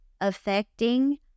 affecting